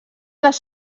les